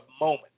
moment